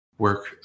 Work